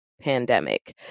pandemic